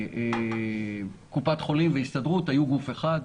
כאשר קופת חולים וההסתדרות היו גוף אחד.